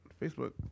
Facebook